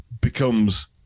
becomes